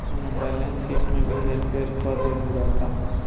एमे balance sheet में भी हेर फेर क देहल जाता